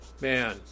Man